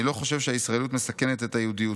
אני לא חושב שהישראליות מסכנת את היהודיות.